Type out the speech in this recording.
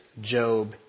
Job